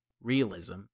realism